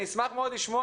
אני אשמח מאוד לשמוע,